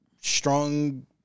strong